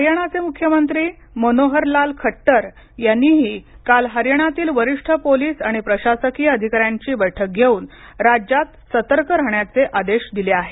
हरियाणाचे मुख्यमंत्री मनोहरलाल खट्टर यांनीही काल हरियाणातील वरिष्ठ पोलीस आणि प्रशासकीय अधिकाऱ्यांची बैठक घेऊनराज्यात सतर्क राहण्याचे आदेश दिले आहेत